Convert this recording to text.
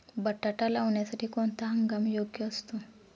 बटाटा लावण्यासाठी कोणता हंगाम योग्य असतो?